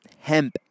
hemp